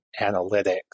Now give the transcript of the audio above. analytics